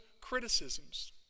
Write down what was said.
criticisms